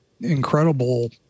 incredible